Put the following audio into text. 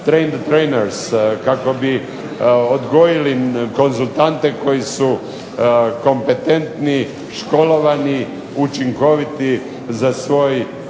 kako bi odgojili konzultante koji su kompetentni, školovani, učinkoviti za svoj posao